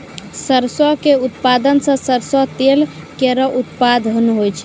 सरसों क उत्पादन सें सरसों तेल केरो उत्पादन होय छै